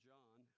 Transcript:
John